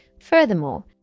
Furthermore